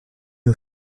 aux